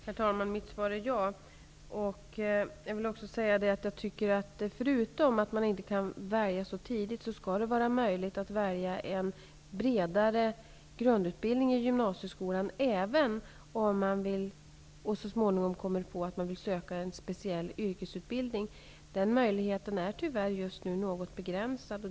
Herr talman! Mitt svar är ja. Jag vill också säga att jag tycker att det -- förutom att man inte kan välja så tidigt -- skall vara möjligt att välja en bredare grundutbildning i gymnasieskolan, även om man så småningom kommer på att man vill söka till en speciell yrkesutbildning. Den möjligheten är tyvärr just nu något begränsad.